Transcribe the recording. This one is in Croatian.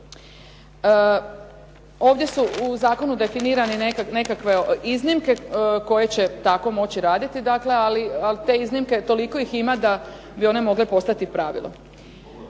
Ovdje su u zakonu definirane nekakve iznimke koje će tako moći raditi, dakle ali te iznimke toliko ih ima da bi one mogle postati pravilo.